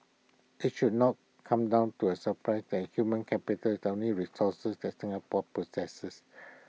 IT should not come down to A surprise that the human capital is the only resource that Singapore possesses